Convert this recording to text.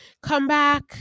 comeback